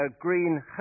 green